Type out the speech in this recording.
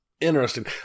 interesting